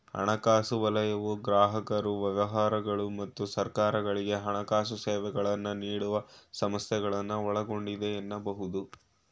ಹಣಕಾಸು ವಲಯವು ಗ್ರಾಹಕರು ವ್ಯವಹಾರಗಳು ಮತ್ತು ಸರ್ಕಾರಗಳ್ಗೆ ಹಣಕಾಸು ಸೇವೆಗಳನ್ನ ನೀಡುವ ಸಂಸ್ಥೆಗಳನ್ನ ಒಳಗೊಂಡಿದೆ ಎನ್ನಬಹುದು